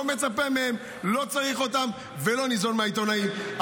לא מצפה מהם, לא צריך אותם, ולא ניזון מהעיתונאים.